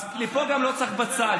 אז לפה גם לא צריך בצל,